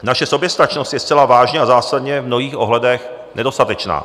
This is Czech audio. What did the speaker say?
Naše soběstačnost je zcela vážně a zásadně v mnohých ohledech nedostatečná.